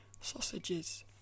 Sausages